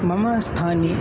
मम स्थाने